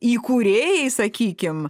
įkūrėjai sakykim